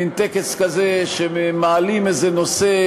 מין טקס כזה שמעלים איזה נושא,